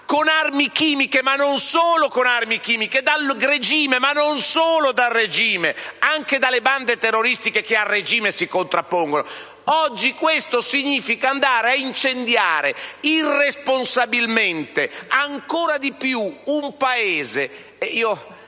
con armi chimiche, ma non solo, dal regime e non solo da questo (anche dalle bande terroristiche che al regime si contrappongono) significa andare a incendiare irresponsabilmente ancora di più un Paese.